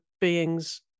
beings